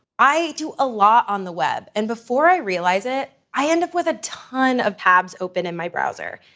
i do a lot on the web and before i realize it, i end up with a ton of tabs open in my browser,